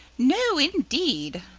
no, indeed!